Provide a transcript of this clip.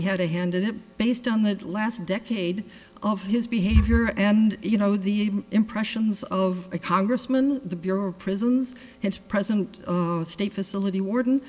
he had a hand in it based on that last decade of his behavior and you know the impressions of a congressman the bureau of prisons his present state facility warden